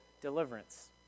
deliverance